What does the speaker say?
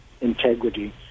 integrity